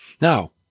Now